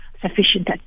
sufficient